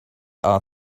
are